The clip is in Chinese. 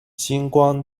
星光